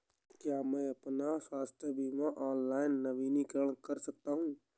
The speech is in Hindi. क्या मैं अपना स्वास्थ्य बीमा ऑनलाइन नवीनीकृत कर सकता हूँ?